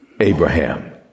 abraham